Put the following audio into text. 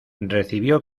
recibió